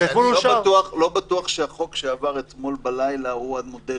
אני לא בטוח שהחוק שעבר אתמול בלילה הוא המודל